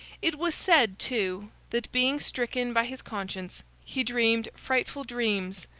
it was said too, that, being stricken by his conscience, he dreamed frightful dreams,